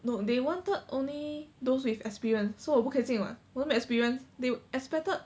no they wanted only those with experience so 我不可以进 [what] 我都没有 experience they expected